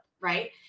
right